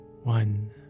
One